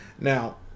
Now